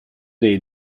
dei